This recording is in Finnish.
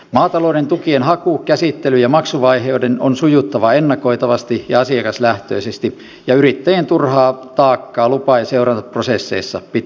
maatalouden tukien haku käsittely ja maksuvaiheiden on sujuttava ennakoitavasti ja asiakaslähtöisesti ja yrittäjien turhaa taakkaa lupa ja seurantaprosesseissa pitää välttää